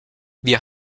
wir